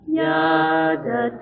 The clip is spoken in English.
yada